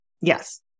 Yes